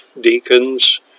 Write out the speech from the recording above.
deacons